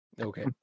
Okay